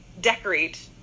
decorate